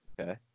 okay